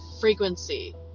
frequency